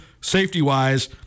safety-wise